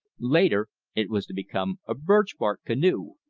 later it was to become a birch-bark canoe,